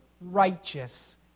righteous